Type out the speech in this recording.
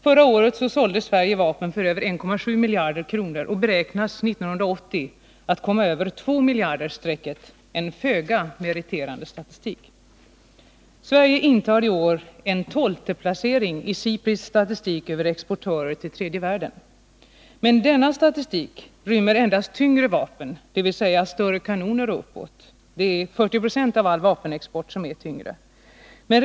Förra året sålde Sverige vapen för över 1,7 miljarder kronor och beräknas 1980 komma över 2-miljarderstrecket — en föga meriterande statistik! Sverige intar i år en tolfteplacering i SIPRI:s statistik över exportörer till tredje världen. Men denna statistik rymmer endast tyngre vapen, dvs. större kanoner och uppåt — 40 96 av all vapenexport består av tyngre vapen.